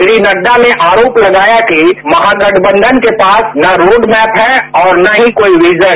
श्री नड्डा ने आरोप लगाया कि महागठबंधन के पास ना रोड़ मैप है और ना ही कोई विजन